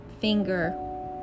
finger